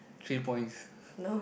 three points